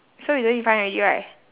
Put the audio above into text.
so we don't need find already right